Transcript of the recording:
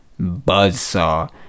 buzzsaw